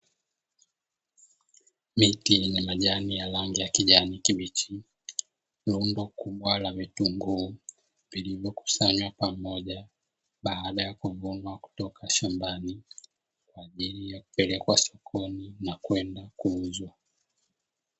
Miti yenye majani ya rangi ya kijani kibichi, rundo kubwa la vitunguu vilivyokusanywa pamoja baada ya kuvunwa kutoka shambani, kwa ajili ya kupelekwa sokoni na kwenda kuuzwa.